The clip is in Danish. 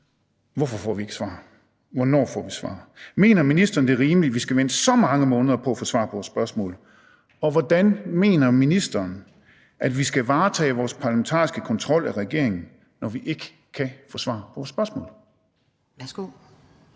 Hvorfor får vi ikke svar? Hvornår får vi svar? Mener ministeren, det er rimeligt, at vi skal vente så mange måneder på at få svar på vores spørgsmål, og hvordan mener ministeren at vi skal varetage vores parlamentariske kontrol af regeringen, når vi ikke kan få svar på vores spørgsmål? Kl.